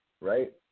right